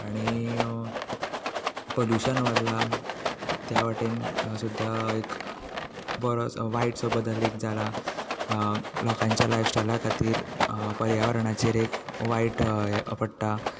आनी पोलुशन वाडलां त्या वाटेन सुद्दां एक बरोसो वायट सो बदल एक जाला लोकांच्या लायफस्टायला खातीर पर्यावरणाचेर एक वायट हें पडटा